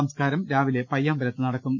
സംസ്കാരം രാവിലെ പയ്യമ്പലത്ത് നടക്കും